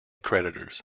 creditors